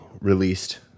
released